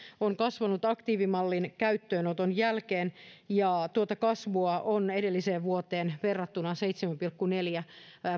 on kasvanut aktiivimallin käyttöönoton jälkeen tuota kasvua on edelliseen vuoteen verrattuna seitsemän pilkku neljä